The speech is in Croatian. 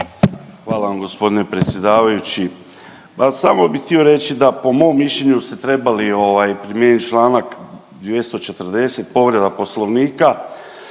Hvala vam g. predsjedavajući. Pa samo bi htio reći da po mom mišljenju ste trebali primijenit čl. 240. povreda poslovnika